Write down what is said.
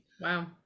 Wow